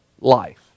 life